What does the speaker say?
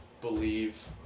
believe